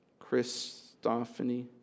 Christophany